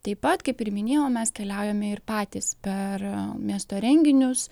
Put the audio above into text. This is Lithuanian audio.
taip pat kaip ir minėjau mes keliaujame ir patys per miesto renginius